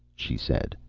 she said.